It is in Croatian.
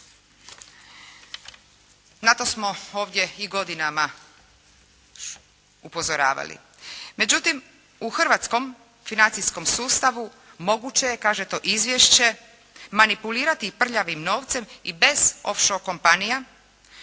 Na to smo ovdje i godinama upozoravali. Međutim, u hrvatskom financijskom sustavu moguće je, to kaže izvješće manipulirati prljavim novcem i bez off-shore kompanija.